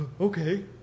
okay